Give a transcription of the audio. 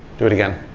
do it again,